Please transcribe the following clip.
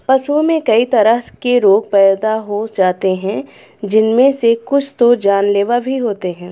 पशुओं में कई तरह के रोग पैदा हो जाते हैं जिनमे से कुछ तो जानलेवा भी होते हैं